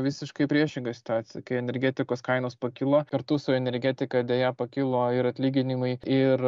visiškai priešingą situaciją kai energetikos kainos pakilo kartu su energetika deja pakilo ir atlyginimai ir